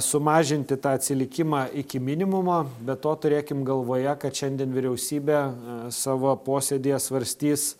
sumažinti tą atsilikimą iki minimumo be to turėkim galvoje kad šiandien vyriausybė savo posėdyje svarstys